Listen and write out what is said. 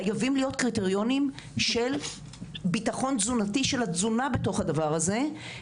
חייבים להיות קריטריונים של ביטחון תזונתי של התזונה בתוך הדבר הזה.